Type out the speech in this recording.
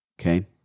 okay